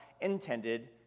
intended